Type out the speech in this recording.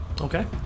Okay